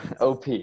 OP